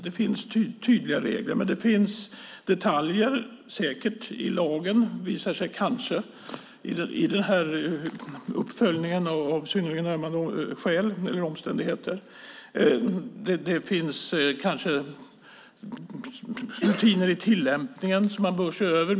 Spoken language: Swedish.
Det finns tydliga regler, men det finns säkert detaljer i lagen - det visar sig kanske i den här uppföljningen av synnerligen ömmande omständigheter - och rutiner i tillämpningen som man bör se över.